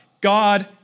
God